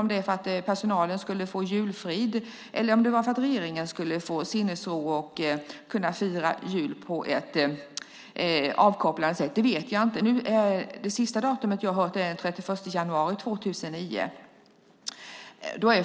Om det var för att personalen skulle få julfrid eller om det var för att regeringen skulle få sinnesro och kunna fira jul på ett avkopplande sätt vet jag inte. Det senaste datumet jag har hört är den 31 januari 2009.